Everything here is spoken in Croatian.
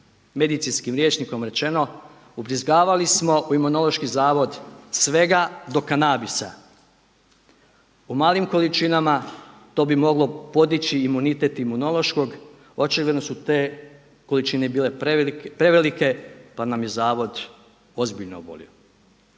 Medicinskim rječnikom rečeno ubrizgavali smo u Imunološki zavod svega do kanabisa. U malim količinama to bi moglo podići imunitet Imunološkog. Očigledno su te količine bile prevelike, pa nam je zavod ozbiljno obolio.